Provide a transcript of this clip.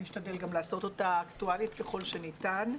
אני אשתדל גם לעשות אותה אקטואלית ככל שניתן.